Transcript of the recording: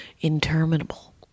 interminable